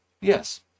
yes